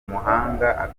umuhanga